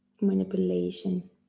Manipulation